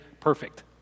perfect